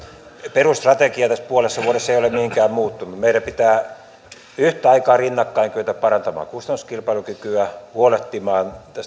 perusstrategia tässä puolessa vuodessa ei ole niinkään muuttunut meidän pitää yhtä aikaa rinnakkain kyetä parantamaan kustannuskilpailukykyä huolehtimaan